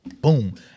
boom